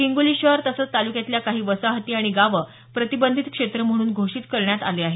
हिंगोली शहर तसंच तालुक्यातल्या काही वसाहती आणि गावं प्रतिबधित क्षेत्र म्हणून घोषित करण्यात आले आहेत